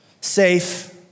safe